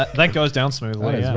that goes down smoothly,